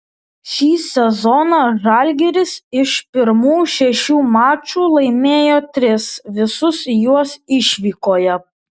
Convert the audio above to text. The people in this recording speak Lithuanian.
šį sezoną žalgiris iš pirmų šešių mačų laimėjo tris visus juos išvykoje